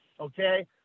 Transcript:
okay